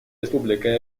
республика